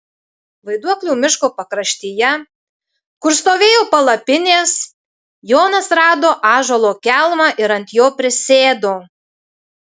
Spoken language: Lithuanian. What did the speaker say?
vaiduoklių miško pakraštyje kur stovėjo palapinės jonas rado ąžuolo kelmą ir ant jo prisėdo